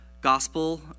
Gospel